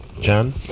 Jan